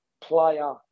player